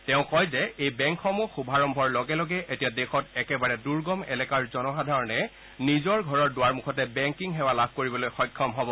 তেওঁ কয় যে এই বেংকসমূহ শুভাৰম্ভৰ লগে লগে এতিয়া দেশত একেবাৰে দুৰ্গম এলেকাৰ জনসাধাৰণে নিজৰ ঘৰৰ দুৱাৰমুখতে বেংকিং সেৱা লাভ কৰিবলৈ সক্ষম হ'ব